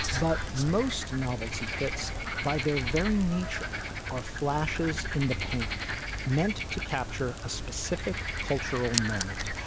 but most novelty hits by their very nature are flashes in the pan meant to capture a specific cultural moment.